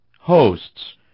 hosts